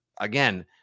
again